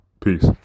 Peace